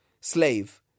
slave